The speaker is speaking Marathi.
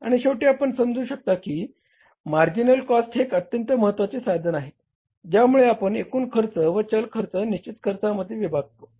आणि शेवटी आपण समजू शकता की मार्जिनल कॉस्टिंग हे एक अत्यंत महत्वाचे साधन आहे ज्यामुळे आपण एकूण खर्चाला चल खर्च व निश्चित खर्चामध्ये विभागतो